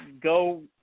go